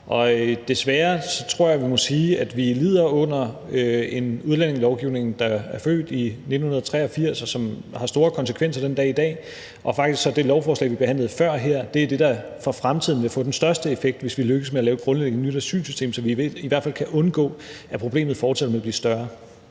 Desværre må vi sige, tror jeg, at vi lider under en udlændingelovgivning, der er født i 1983, og som har store konsekvenser den dag i dag. Og faktisk er det lovforslag, vi behandlede før, det, der vil få den største effekt for fremtiden, altså hvis vi lykkes med at lave et grundlæggende nyt asylsystem, så vi i hvert fald kan undgå, at problemet fortsætter med at blive større.